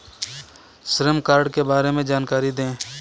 श्रम कार्ड के बारे में जानकारी दें?